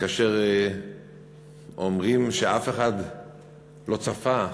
כאשר אומרים שאף אחד לא צפה,